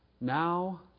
now